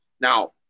Now